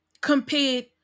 compared